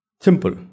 Simple